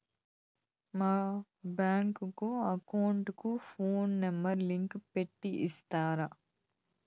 మా bank account కు phone number link పెట్టి ఇస్తారా?